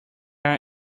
are